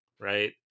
right